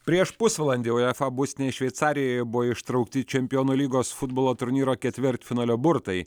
prieš pusvalandį uefa būstinėje šveicarijoje buvo ištraukti čempionų lygos futbolo turnyro ketvirtfinalio burtai